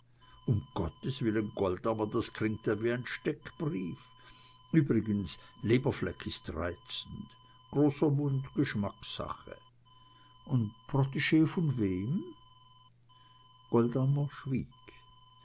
um gottes willen goldammer das klingt ja wie ein steckbrief übrigens leberfleck ist reizend großer mund geschmackssache und proteg von wem goldammer schwieg